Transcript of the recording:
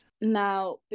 Now